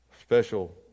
Special